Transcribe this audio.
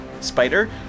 spider